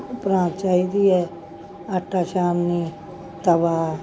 ਪ੍ਰਾਂਤ ਚਾਹੀਦੀ ਹੈ ਆਟਾ ਛਾਣਨੀ ਤਵਾ